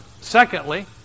Secondly